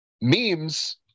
memes